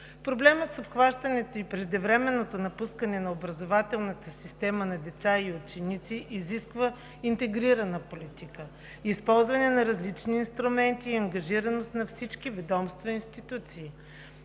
Проблемът с обхващането и преждевременното напускане на образователната система на деца и ученици изисква интегрирана политика, използване на различни инструменти и ангажираност на всички ведомства и институции,